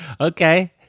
Okay